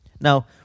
Now